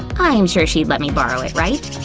i'm sure she'd let me borrow it, right?